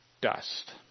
Dust